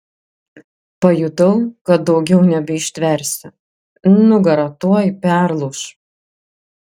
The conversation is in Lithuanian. pajutau kad daugiau nebeištversiu nugara tuoj perlūš